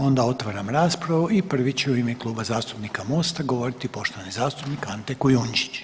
Onda otvaram raspravu i prvi će u ime Kluba zastupnika MOST-a govoriti poštovani zastupnik Ante Kujundžić.